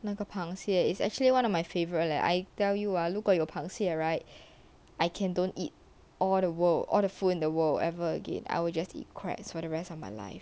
那个螃蟹 is actually one of my favorite leh I tell you I look at you or 螃蟹 right I can don't eat all the world or the food in the world ever again I will just eat crabs for the rest of my life